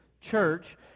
church